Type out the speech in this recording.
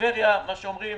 בטבריה כמו שאומרים